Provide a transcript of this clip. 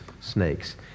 snakes